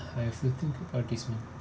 I have nothing about this one